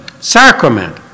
sacrament